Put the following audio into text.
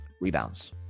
rebounds